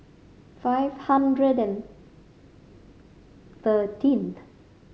five hundred and thirteenth